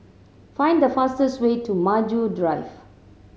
find the fastest way to Maju Drive